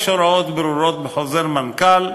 יש הוראות ברורות בחוזר מנכ"ל,